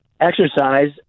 exercise